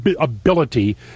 ability